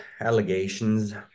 allegations